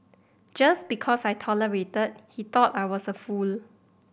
just because I tolerated he thought I was a fool